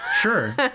Sure